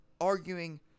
arguing